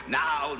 now